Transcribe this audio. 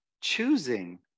choosing